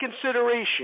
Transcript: consideration